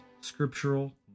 scriptural